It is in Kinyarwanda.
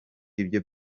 ibyo